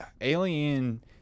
alien